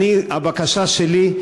הבקשה שלי,